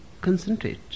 concentrate